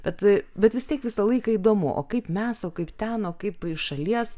bet bet vis tiek visą laiką įdomu o kaip mes o kaip ten o kaip iš šalies